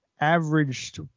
averaged